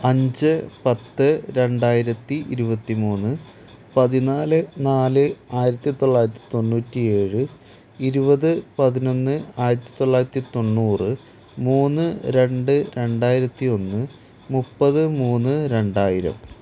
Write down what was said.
അഞ്ച് പത്ത് രണ്ടായിരത്തി ഇരുപത്തിമൂന്ന് പതിനാല് നാല് ആയിരത്തിതൊള്ളായിരത്തി തൊണ്ണൂറ്റി ഏഴ് ഇരുപത് പതിനൊന്ന് ആയിരത്തിതൊള്ളായിരത്തി തൊണ്ണൂറ് മൂന്ന് രണ്ട് രണ്ടായിരത്തി ഒന്ന് മുപ്പത് മൂന്ന് രണ്ടായിരം